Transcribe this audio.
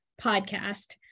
podcast